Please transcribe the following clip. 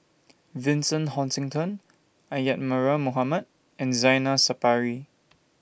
Vincent Hoisington Isadhora Mohamed and Zainal Sapari